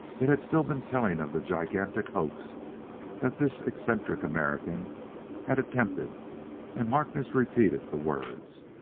it had still been telling of the gigantic hoax that this eccentric american had attempted and harkness repeated the words.